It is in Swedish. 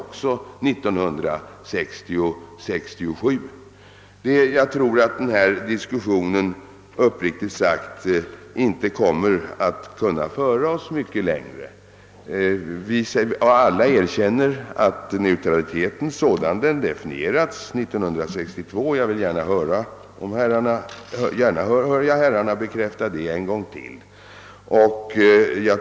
Jag tror uppriktigt sagt inte att denna diskussion kommer att kunna föra oss mycket längre. Alla erkänner att neutraliteten bör definieras på det sätt som skedde 1962. Jag skulle med glädje höra herrarna säga det en gång till.